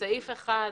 בסעיף 1,